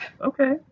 okay